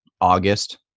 August